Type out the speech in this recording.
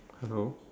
hello